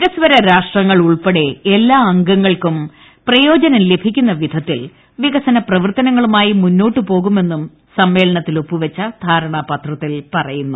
വികസ്വര രാഷ്ട്രങ്ങൾ ഉൾപ്പെടെ എല്ലാ അംഗങ്ങൾക്കും പ്രയോജനം ലഭിക്കുന്ന വിധത്തിൽ വികസന പ്രവർത്തനങ്ങളുമായി മുന്നോട്ട് പോകുമെന്നും സമ്മേളനത്തിൽ ഒപ്പുവച്ച ധാരണാ പത്രത്തിൽ പറയുന്നു